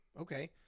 okay